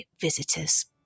visitors